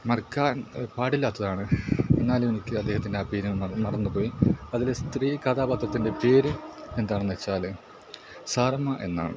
മറക്കാൻ പാടില്ലാത്തതാണ് എന്നാലും എനിക്ക് അദ്ദേഹത്തിൻ്റെ ആ പേര് മറന്നു പോയി അതിലെ സ്ത്രീ കഥാപാത്രത്തിൻ്റെ പേര് എന്താണെന്ന് വച്ചാൽ സാറമ്മ എന്നാണ്